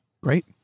Great